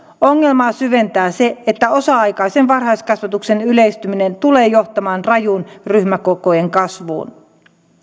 ongelmaa syventää se että osa aikaisen varhaiskasvatuksen yleistyminen tulee johtamaan rajuun ryhmäkokojen kasvuun